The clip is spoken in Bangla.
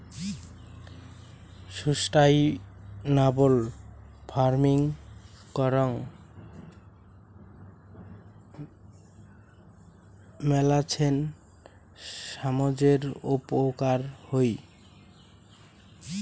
সুস্টাইনাবল ফার্মিং করাং মেলাছেন সামজের উপকার হই